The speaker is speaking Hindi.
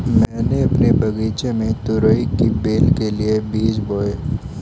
मैंने अपने बगीचे में तुरई की बेल के लिए बीज बोए